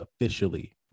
officially